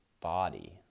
body